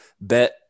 bet